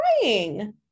crying